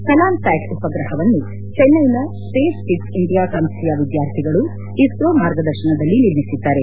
Kalam sat ಉಪಗ್ರಹವನ್ನು ಚೆನ್ನೈನ space kids India ಸಂಸ್ಣೆಯ ವಿದ್ಯಾರ್ಥಿಗಳು ಇಸ್ರೋ ಮಾರ್ಗದರ್ಶನದಲ್ಲಿ ನಿರ್ಮಿಸಿದ್ದಾರೆ